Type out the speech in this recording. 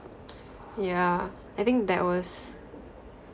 yeah I think that was